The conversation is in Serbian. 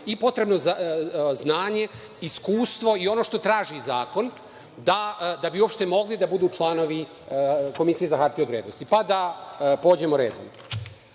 i potrebno znanje, iskustvo i ono što traži zakon, da bi uopšte mogli da budu članovi Komisije za hartije od vrednosti. Pa da pođemo redom. Prvi